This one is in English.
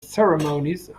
ceremonies